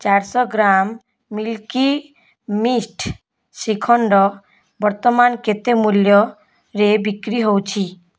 ଚାରିଶହ gram Milky Mist shrikhand ବର୍ତ୍ତମାନ କେତେ ମୂଲ୍ୟରେ ବିକ୍ରି ହେଉଛି